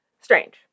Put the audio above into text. Strange